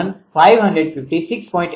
8 kVAr છે